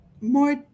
more